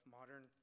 modern